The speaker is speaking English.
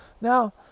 Now